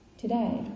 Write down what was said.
today